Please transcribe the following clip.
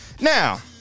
now